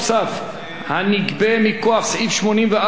הנגבה מכוח סעיף 84 לפקודת התעבורה,